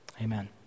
Amen